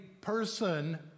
person